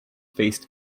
faced